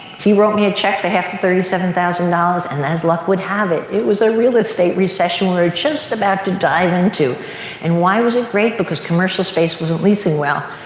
he wrote me a check for half the thirty seven thousand dollars and as luck would have it, it was a real estate recession we were just about to dive into and why was it great? because commercial space wasn't leasing well.